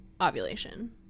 ovulation